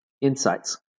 insights